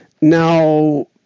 Now